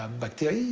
um bacteria.